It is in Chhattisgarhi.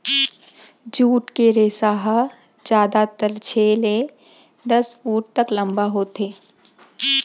जूट के रेसा ह जादातर छै ले दस फूट तक लंबा होथे